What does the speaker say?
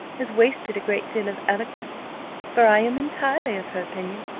has wasted a great deal of eloquence for i am entirely of her opinion,